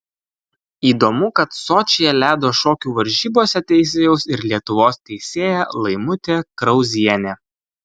įdomu kad sočyje ledo šokių varžybose teisėjaus ir lietuvos teisėja laimutė krauzienė